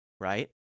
Right